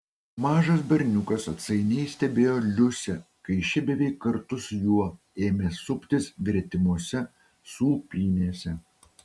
mažas berniukas atsainiai stebėjo liusę kai ši beveik kartu su juo ėmė suptis gretimose sūpynėse